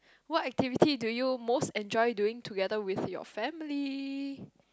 what activity do you most enjoy doing together with your family